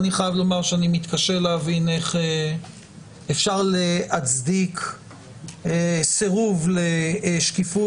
אני חייב להגיד שאני מתקשה להבין איך אפשר להצדיק סירוב לשקיפות,